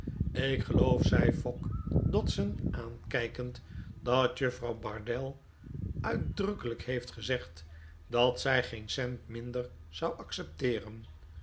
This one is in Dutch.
ik geloof zei fogg dodson aanktjkend dat juffrouw bardell uitdrukkelijk heelt gezegd dat zij geen cent minder zou accepteeren